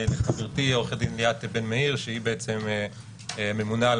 לחברתי עוה"ד ליאת בן מאיר שממונה על